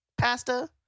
Pasta